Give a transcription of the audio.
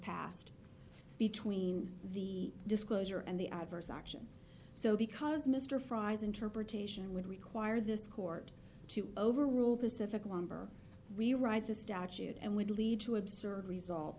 passed between the disclosure and the adverse action so because mr fry's interpretation would require this court to overrule pacific lumber rewrite the statute and would lead to absurd result